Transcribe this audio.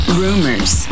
rumors